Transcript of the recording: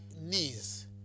knees